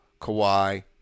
Kawhi